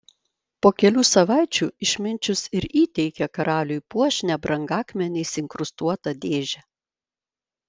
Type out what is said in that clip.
po kelių savaičių išminčius ir įteikė karaliui puošnią brangakmeniais inkrustuotą dėžę